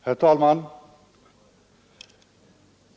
Herr talman!